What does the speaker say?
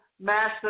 massive